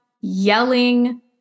yelling